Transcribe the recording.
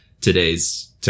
today's